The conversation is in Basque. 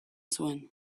zuen